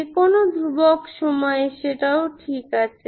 যেকোনো ধ্রুবক সময়ে সেটাও ঠিক আছে